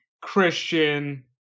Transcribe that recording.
Christian